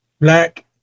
Black